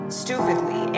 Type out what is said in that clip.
stupidly